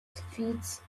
fits